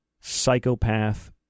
psychopath